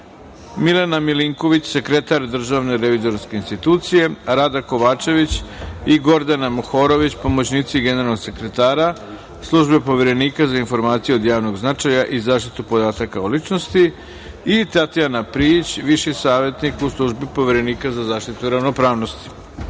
Milena Milinković, sekretar Državne revizorske institucije, Rada Kovačević i Gordana Mohorović, pomoćnici generalnog sekretara Službe Poverenika za informacije od javnog značaja i zaštitu podataka o ličnosti i Tatjana Prijić, viši savetnik u Službi Poverenika za zaštitu ravnopravnosti. Dobrodošli